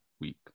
week